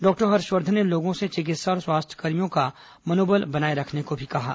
doctor Harshvardhan ने लोगों से चिकित्सा और स्वास्थ्य कर्मियों का मनोबल बनाए रखने को कहा है